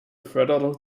förderung